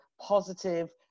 positive